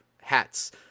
hats